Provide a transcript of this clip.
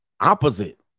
opposite